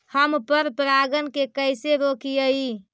हम पर परागण के कैसे रोकिअई?